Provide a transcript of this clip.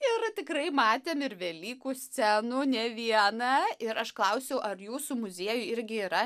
ir tikrai matėm ir velykų scenų ne vieną ir aš klausiau ar jūsų muziejuj irgi yra